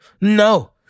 No